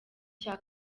cya